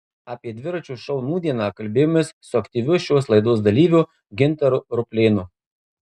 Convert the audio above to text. apie dviračio šou nūdieną kalbėjomės su aktyviu šios laidos dalyviu gintaru ruplėnu